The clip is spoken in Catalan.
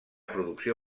producció